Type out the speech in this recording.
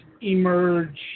emerge